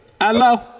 Hello